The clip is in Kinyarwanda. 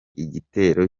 igitero